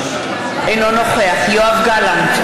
אינו נוכח יואב גלנט,